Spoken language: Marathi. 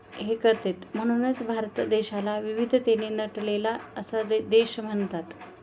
हे करतात म्हणूनच भारत देशाला विविधतेने नटलेला असा दे देश म्हणतात